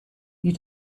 you